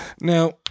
Now